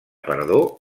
perdó